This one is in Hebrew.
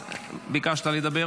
אינו נוכח,